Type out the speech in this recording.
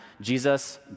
Jesus